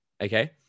Okay